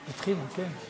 להתחיל, כן?